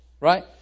Right